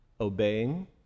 obeying